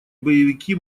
боевики